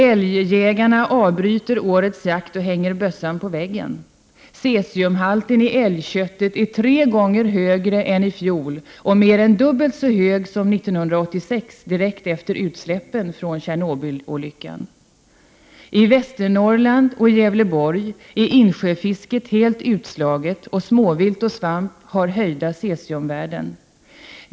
Älgjägarna avbryter årets jakt och hänger bössan på väggen. Cesiumhalten i älgköttet är tre gånger högre än i fjol och mer än dubbelt så hög som 1986, direkt efter utsläppen från Tjernobylolyckan. I Västernorrland och Gävleborg är insjöfisket helt utslaget och småvilt och svamp har höjda cesiumvärden.